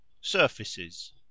Surfaces